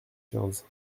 quinze